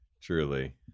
truly